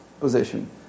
position